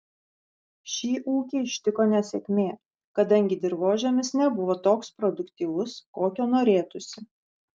šį ūkį ištiko nesėkmė kadangi dirvožemis nebuvo toks produktyvus kokio norėtųsi